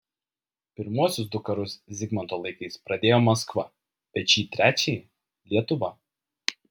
pirmuosius du karus zigmanto laikais pradėjo maskva bet šį trečiąjį lietuva